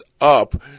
up